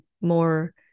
more